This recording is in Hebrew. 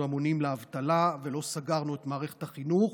המונים לאבטלה ולא סגרנו את מערכת החינוך,